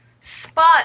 spot